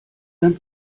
dann